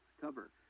cover